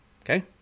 Okay